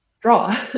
draw